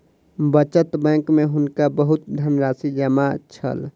बचत बैंक में हुनका बहुत धनराशि जमा छल